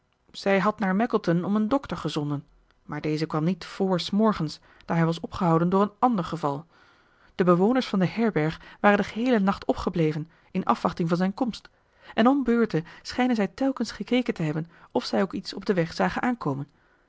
zij had naar mackleton om een dokter gezonden maar deze kwam niet vr s morgens daar hij was opgehouden door een ander geval de bewoners van de herberg waren den geheelen nacht opgebleven in afwachting van zijn komst en om beurten schijnen zij telkens gekeken te hebben of zij ook iets op den weg zagen aankomen